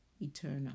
eternal